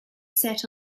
set